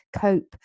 cope